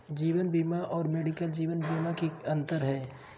जीवन बीमा और मेडिकल जीवन बीमा में की अंतर है?